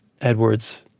Edwards